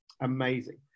amazing